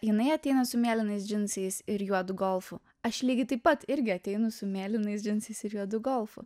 jinai ateina su mėlynais džinsais ir juodu golfu aš lygiai taip pat irgi ateinu su mėlynais džinsais ir juodu golfu